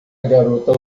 garota